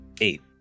Eight